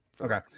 Okay